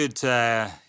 good